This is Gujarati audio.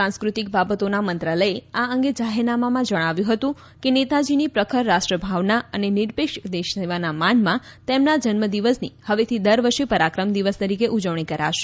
સાંસ્કૃતિક બાબતોના મંત્રાલયે આ અંગે જાહેરનામામાં જણાવ્યું હતું કે નેતાજીની પ્રખર રાષ્ટ્રભાવના અને નિરપેક્ષ દેશસેવાના માનમાં તેમના જન્મદિવસની હવેથી દર વર્ષે પરાક્રમ દિવસ તરીકે ઉજવણી કરાશે